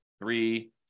three